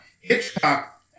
Hitchcock